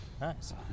Nice